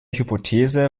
hypothese